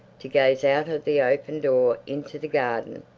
to gaze out of the open door into the garden.